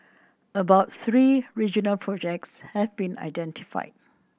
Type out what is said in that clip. about three regional projects have been identified